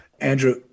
Andrew